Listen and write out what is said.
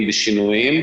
אם בשינועים,